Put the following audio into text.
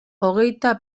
hogeita